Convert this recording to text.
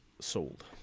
sold